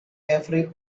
every